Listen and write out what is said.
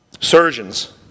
Surgeons